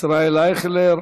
ישראל אייכלר.